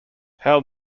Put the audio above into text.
hell